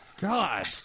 God